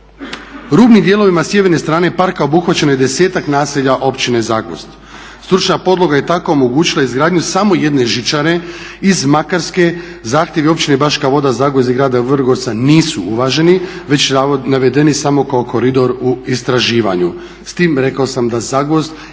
Rubnim dijelovima sjeverne strane parka obuhvaćeno je 10-ak naselja općine Zagvozd. Stručna podloga je tako omogućila izgradnju samo jedne žičare iz Makarske, zahtjevi općine Baška Voda, Zagvozd i grada Vrgorca nisu uvaženi već su navedeni samo kao koridor u istraživanju. S tim rekao sam da Zagvozd jedini